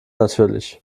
natürlich